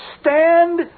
stand